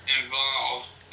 involved